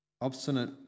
obstinate